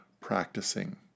practicing